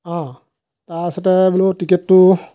অঁ তাৰপিছতে বোলো টিকেটটো